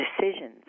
decisions